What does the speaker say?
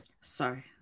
Sorry